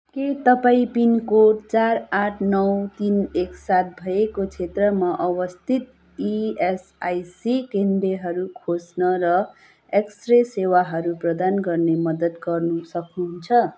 के तपाईँँ पिनकोड चार आठ नौ तिन एक सात भएको क्षेत्रमा अवस्थित इएसआइसी केन्द्रहरू खोज्न र एक्स रे सेवाहरू प्रदान गर्ने मद्दत गर्न सक्नुहुन्छ